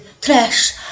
trash